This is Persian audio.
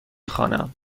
خوانم